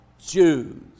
Jews